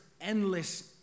endless